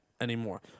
anymore